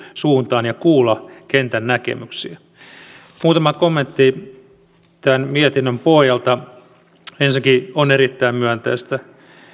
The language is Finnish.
suuntaan ja kuulla kentän näkemyksiä muutama kommentti tämän mietinnön pohjalta ensinnäkin on erittäin myönteistä